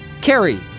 Carrie